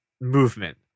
movement